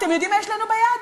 אתם יודעים מה יש לנו ביד?